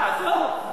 לא עומדות בו.